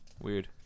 Weird